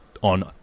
on